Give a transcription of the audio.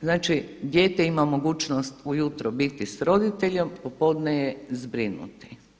Znači dijete ima mogućnost u jutro biti sa roditeljem, popodne je zbrinuti.